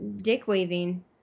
dick-waving